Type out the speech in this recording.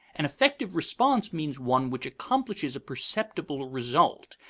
an effective response means one which accomplishes a perceptible result,